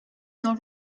not